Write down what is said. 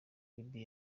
libya